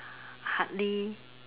hardly